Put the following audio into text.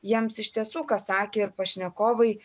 jiems iš tiesų ką sakė ir pašnekovai